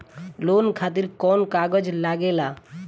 Loan खातिर कौन कागज लागेला?